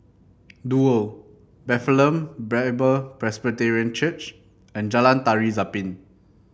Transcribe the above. Duo Bethlehem Bible Presbyterian Church and Jalan Tari Zapin